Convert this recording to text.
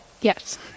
Yes